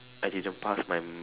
I didn't pass my m~